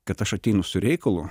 kad aš ateinu su reikalu